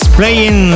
playing